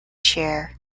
chair